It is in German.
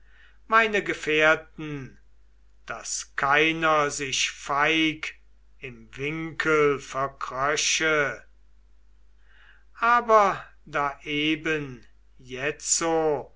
meine gefährten daß keiner sich feig im winkel verkröche aber da eben jetzo